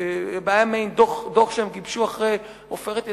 היה מעין דוח שהם גיבשו אחרי "עופרת יצוקה",